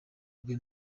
rwe